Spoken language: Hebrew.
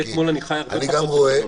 אחרי אתמול אני חי אתו הרבה פחות בשלום,